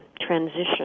transition